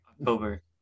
October